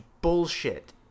bullshit